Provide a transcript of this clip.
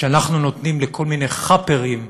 אנחנו נותנים לכל מיני "חאפרים",